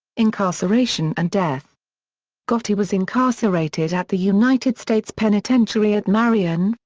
incarceration and death gotti was incarcerated at the united states penitentiary at marion,